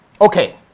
Okay